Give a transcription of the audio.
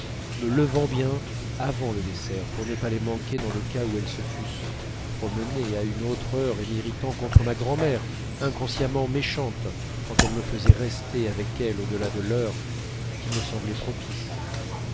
me levant bien avant le dessert pour ne pas les manquer dans le cas où elles se fussent promenées à une autre heure et m'irritant contre ma grand'mère inconsciemment méchante quand elle me faisait rester avec elle au delà de l'heure qui me semblait propice